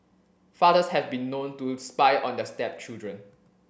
fathers have been known to spy on their stepchildren